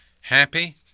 Happy